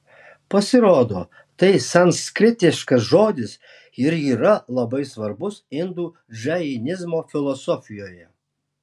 pasirodo tai sanskritiškas žodis ir yra labai svarbus indų džainizmo filosofijoje